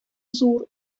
зур